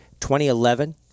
2011